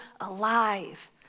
alive